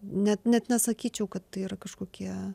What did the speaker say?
net net nesakyčiau kad tai yra kažkokie